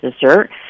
dessert